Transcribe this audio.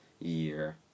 year